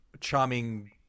charming